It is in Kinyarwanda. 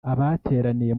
abateraniye